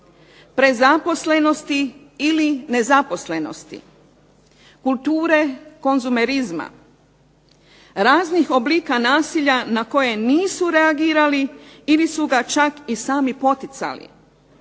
prezaposlenosti ili nezaposlenosti, kulture, konzumerizma, raznih oblika nasilja na koje nisu reagirali ili su ga čak i sami poticali,